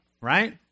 right